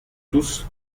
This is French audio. tous